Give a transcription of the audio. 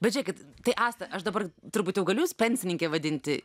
bet žiūrėkit tai asta aš dabar turbūt jau galiu jus pensininke vadinti